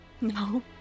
No